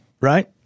right